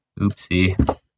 oopsie